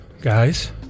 guys